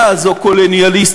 המילה הזו, קולוניאליסטים.